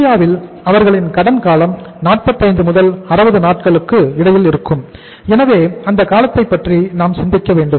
இந்தியாவில் அவர்களின் கடன் காலம் 45 60 நாட்களுக்கு இடையில் இருக்கும் எனவே அந்த காலத்தை பற்றி நாம் சிந்திக்க வேண்டும்